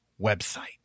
website